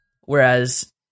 Whereas